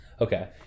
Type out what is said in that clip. Okay